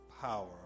power